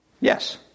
Yes